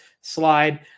slide